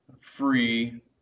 free